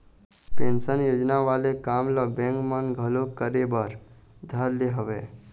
pension योजना वाले काम ल बेंक मन घलोक करे बर धर ले हवय